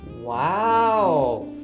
Wow